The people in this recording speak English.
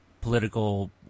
political